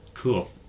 Cool